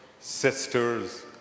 sisters